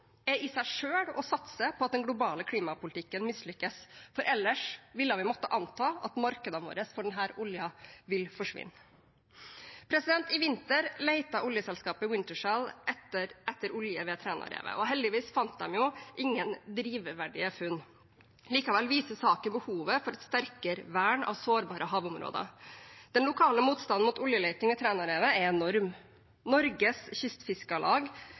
er i seg selv å satse på at den globale klimapolitikken mislykkes, for ellers ville vi måtte anta at markedene våre for denne oljen vil forsvinne. I vinter lette oljeselskapet Wintershall etter olje ved Trænarevet. Heldigvis fant de ingen drivverdige funn. Likevel viser saken behovet for et sterkere vern av sårbare havområder. Den lokale motstanden mot oljeleting ved Trænarevet er enorm. Norges Kystfiskarlag